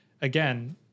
again